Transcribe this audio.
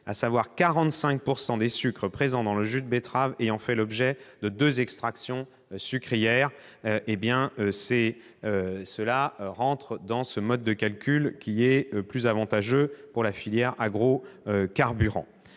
à savoir 45 % des sucres présents dans le jus de betterave ayant fait l'objet de deux extractions sucrières. Ce mode de calcul est plus avantageux pour la filière des agrocarburants.